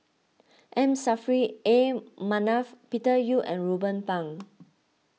M Saffri A Manaf Peter Yu and Ruben Pang